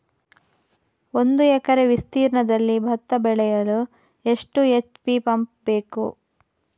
ಒಂದುಎಕರೆ ವಿಸ್ತೀರ್ಣದಲ್ಲಿ ಭತ್ತ ಬೆಳೆಯಲು ಎಷ್ಟು ಎಚ್.ಪಿ ಪಂಪ್ ಬೇಕು?